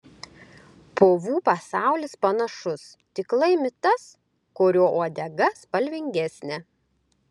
povų pasaulis panašus tik laimi tas kurio uodega spalvingesnė